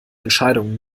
entscheidungen